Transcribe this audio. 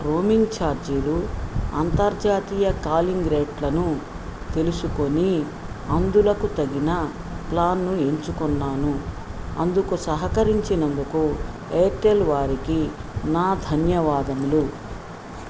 roaming ఛార్జీలు ఆంతర్జాతీయ calling రేట్లను తెలుసుకొని అందుకు తగిన ప్లాన్ను ఎంచుకున్నాను అందుకు సహకరించినందుకు ఎయిర్టెల్ వారికి నా ధన్యవాదములు